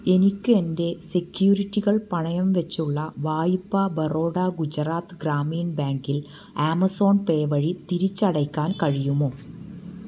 എനിക്ക് എൻ്റെ സെക്യൂരിറ്റികൾ പണയം വെച്ചുള്ള വായ്പ ബറോഡ ഗുജറാത്ത് ഗ്രാമീൺ ബാങ്കിൽ ആമസോൺ പേ വഴി തിരിച്ചടയ്ക്കാൻ കഴിയുമോ